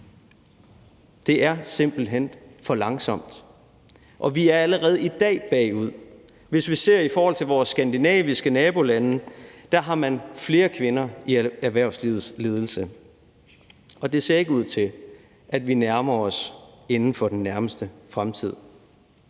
Det går simpelt hen for langsomt, og vi er allerede i dag bagud. Hvis vi ser på det i forhold til vores skandinaviske nabolande, har de flere kvinder i erhvervslivets ledelse, og det ser ikke ud til, at vi nærmer os dem inden for den nærmeste fremtid.